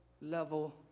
level